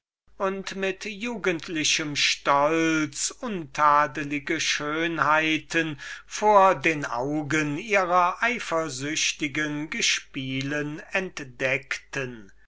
und mit jugendlichem stolz untadeliche schönheiten vor den augen ihrer eifersüchtigen gespielen entdeckten